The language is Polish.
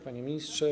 Panie Ministrze!